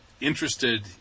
interested